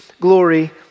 glory